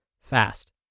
fast